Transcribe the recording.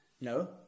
No